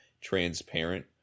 transparent